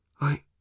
I